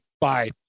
bye